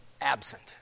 absent